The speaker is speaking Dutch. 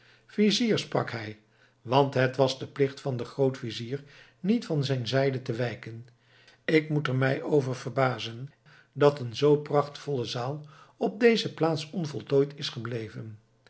vizier sprak hij want het was de plicht van den grootvizier niet van zijn zijde te wijken ik moet er mij over verbazen dat een zoo prachtvolle zaal op deze plaats onvoltooid is gebleven